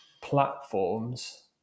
platforms